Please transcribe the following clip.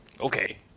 Okay